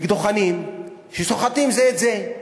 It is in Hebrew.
אקדוחנים, שסוחטים זה את זה.